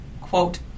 quote